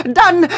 done